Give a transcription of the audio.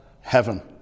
heaven